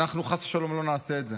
אנחנו חס ושלום לא נעשה את זה.